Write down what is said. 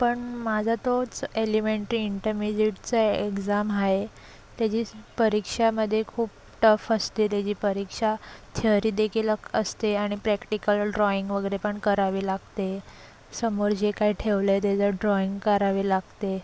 पण माझा तोच एलिमेंटरी इंटरमिजिएटचा एक्झाम आहे त्याची परीक्षामध्ये खूप टफ असते त्याची परीक्षा थ्यअरीदेखील असते आणि प्रॅक्टिकल ड्राइंग वगैरे पण करावी लागते समोर जे काही ठेवलं आहे त्याचं ड्राइंग करावे लागते